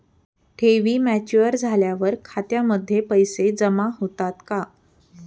ठेवी मॅच्युअर झाल्यावर खात्यामध्ये पैसे जमा होतात का?